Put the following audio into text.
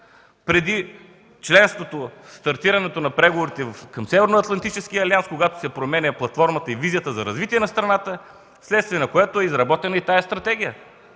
Преди членството и стартирането на преговорите към Северноатлантическия алианс, когато се променя платформата и визията за развитие на страната, е изработена стратегията.